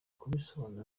kubisobanura